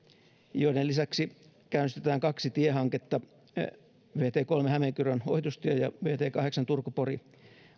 joiden lisäksi käynnistetään kaksi tiehanketta vt kolmen hämeenkyrön ohitustie ja vt kahdeksan turku pori